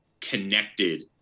connected